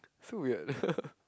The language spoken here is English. so weird